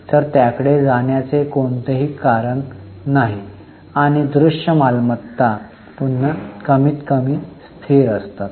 तर त्याकडे जाण्याचे कोणतेही कारण नाही आणि दृश्य मालमत्ता पुन्हा कमीतकमी स्थिर असतात